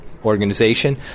Organization